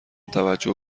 توجه